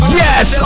yes